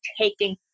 taking